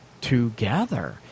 together